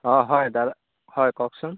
অঁ হয় দাদা হয় কওকচোন